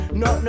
no